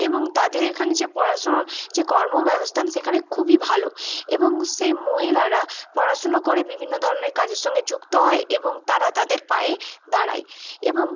এবং তাদের এখানে যে পড়াশোনা যে কর্ম ব্যবস্থা সেখানে খুবই ভালো এবং সেই মহিলারা পড়াশুনো করে বিভিন্ন ধরনের কাজের সঙ্গে যুক্ত হয় এবং তারা তাদের পায়ে দাঁড়ায় এবং